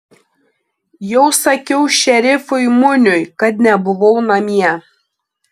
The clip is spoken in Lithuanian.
jau sakiau šerifui muniui kad nebuvau namie